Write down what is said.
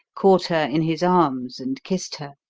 caught her in his arms and kissed her.